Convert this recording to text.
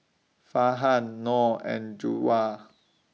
Farhan Noh and